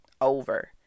over